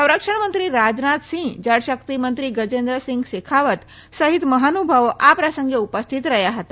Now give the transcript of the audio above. સંરક્ષણ મંત્રી રાજનાથસિંહ જળશક્તિ મંત્રી ગજેન્દ્રસિંઘ શેખાવત સહિત મહાનુભાવો આ પ્રસંગે ઉપસ્થિત રહ્યા હતા